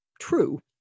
true